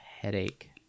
headache